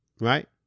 Right